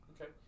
Okay